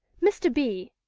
mr. b.